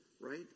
right